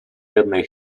jednej